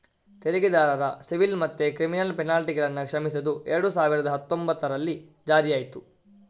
ತೆರಿಗೆದಾರರ ಸಿವಿಲ್ ಮತ್ತೆ ಕ್ರಿಮಿನಲ್ ಪೆನಲ್ಟಿಗಳನ್ನ ಕ್ಷಮಿಸುದು ಎರಡು ಸಾವಿರದ ಹತ್ತೊಂಭತ್ತರಲ್ಲಿ ಜಾರಿಯಾಯ್ತು